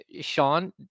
Sean